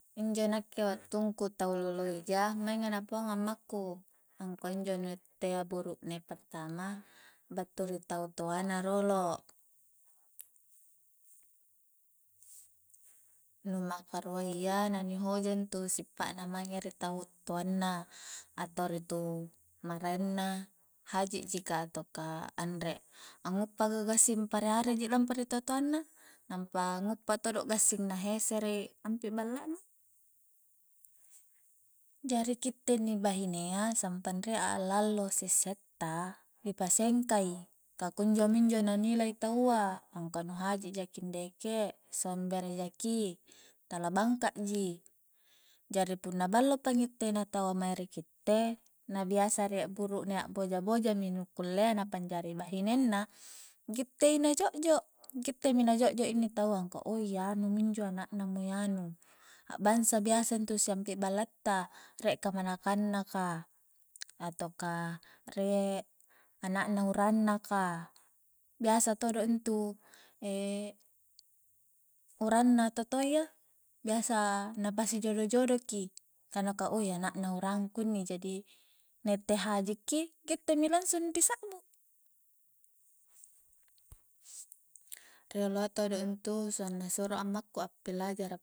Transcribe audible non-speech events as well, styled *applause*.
Injo nakke wattungu tau lolo i ja mainga na paongang ammaku angkua injo na itte a burukne pertama battu ri tau toa na rolo nu maka ruayya na ni hoja intu sipa'na mange ri tau toanna atau ri tu maraeng na haji ji ka atauka anre, annguppa ka gassing a'pare-are ji lampa ri totoanna nampa nguppa todo gassing na hesere ampi balla na, jari kitte inni bahinea sampang rie allalo sisse ta ni pasengka i, ka kunjo minjo na nilai tau a angkua nu haji jaki ndeke sombere jaki tala bangka ji jari punna ballo pangitte na taua mae ri kitte na biasa rie burukne na boja-boja mi nu kullea na panjari bahinenna gitte i na jo'jo, gitte mi na jo'jo inni taua angkua ou i anu minjo ana'na mo i anu a'bangsa biasa intu siampi balla ta rie kamanakang na ka atau ka rie anak na urang na ka biasa todo intu *hesitation* urang na tutoayya biasa na pasi jodo-jodo ki ka nakua ou i anakna urang ku inni, jadi na itte haji ki gitte mi langsung ni sakbu rioloa todo intu suang na suro a ammaku a'pilajara